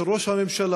של ראש הממשלה,